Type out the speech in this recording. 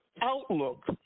outlook